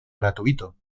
gratuito